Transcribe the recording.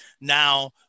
now